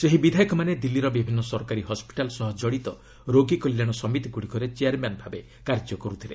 ସେହି ବିଧାୟକମାନେ ଦିଲ୍ଲୀର ବିଭିନ୍ନ ସରକାରୀ ହସ୍କିଟାଲ୍ ସହ ଜଡ଼ିତ ରୋଗୀ କଲ୍ୟାଣ ସମିତିଗୁଡ଼ିକରେ ଚେୟାର୍ମ୍ୟାନ୍ ଭାବେ କାର୍ଯ୍ୟ କରୁଥିଲେ